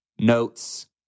notes